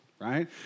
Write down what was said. right